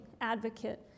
advocate